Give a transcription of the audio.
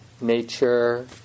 nature